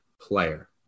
player